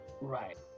Right